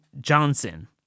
Johnson